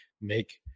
make